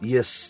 Yes